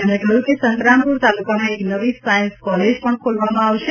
તેમણે કહ્યું કે સંતરામપુર તાલુકામાં એક નવી સાયન્સ કોલેજ પણ ખોલવામાં આવશે